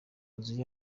mazu